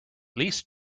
least